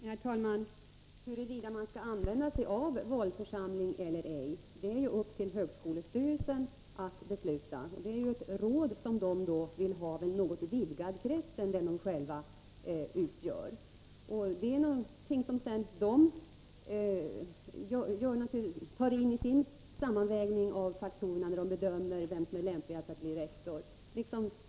Herr talman! Huruvida man skall använda sig av valförsamling eller ej är något som ankommer på högskolestyrelsen att besluta. Valförsamlingen innebär ju att styrelsen kan få råd från en något större krets än den styrelsen själv utgör. Valförsamlingens ställningstagande är då någonting som styrelsen tar in i sin sammanvägning när den bedömer vem som är lämplig att bli rektor.